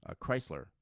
Chrysler